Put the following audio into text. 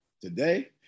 Today